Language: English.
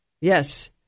Yes